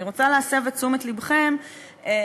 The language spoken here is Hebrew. אני רוצה להסב את תשומת לבכם לשני